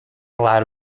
allowed